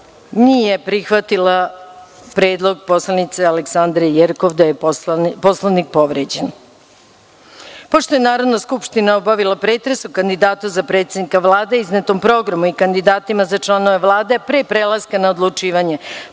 nije prihvatila predlog poslanice Aleksandre Jerkov da je Poslovnik povređen. Pošto je Narodna skupština obavila pretres o kandidatu za predsednika Vlade, iznetom programu i kandidatima za članove Vlade, a pre prelaska na odlučivanje,